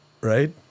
Right